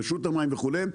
רשות המים וכולי.